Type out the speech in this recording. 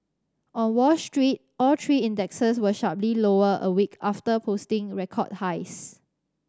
on Wall Street all three indexes were sharply lower a week after posting record highs